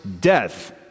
death